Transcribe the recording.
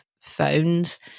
phones